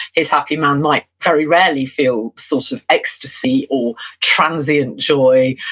his happy man might very rarely feel sort of ecstasy, or transient joy,